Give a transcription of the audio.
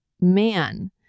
man